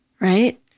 Right